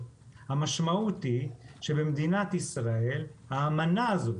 המשמעות היא שבמדינת ישראל האמנה הזאת,